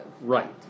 Right